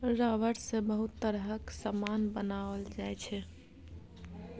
rubber सँ बहुत तरहक समान बनाओल जाइ छै